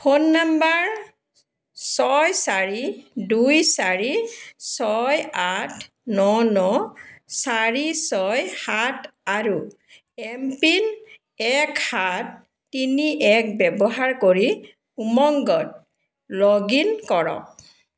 phone number ছয় চাৰি দুই চাৰি ছয় আঠ ন ন চাৰি ছয় সাত আৰু এমপিন এক সাত তিনি এক ব্যৱহাৰ কৰি উমংগত লগ ইন কৰক